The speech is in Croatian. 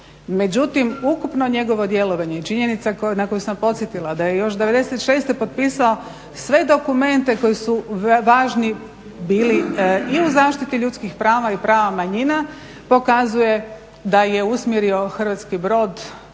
međutim ukupno njegovo djelovanje i činjenica na koju sam podsjetila da je još '96.potpisao sve dokumente koji su važni bili i u zaštiti ljudskih prava i prava manjina pokazuje da je usmjerio hrvatski brod